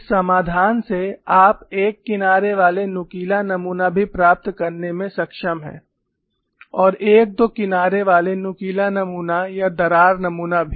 इस समाधान से आप एक किनारे वाले नुकीला नमूना भी प्राप्त करने में सक्षम हैं और एक दो किनारे वाले नुकीला नमूना या दरार नमूना भी